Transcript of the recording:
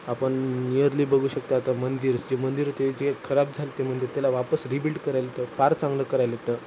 आपण इअरली बघू शकतो आता मंदिर जे मंदिर होते जे खराब झालं ते मंदिर त्याला वापस रिबिल्ड करायलेतं फार चांगलं करायलेतं